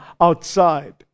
outside